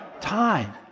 time